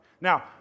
Now